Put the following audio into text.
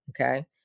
okay